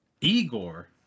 igor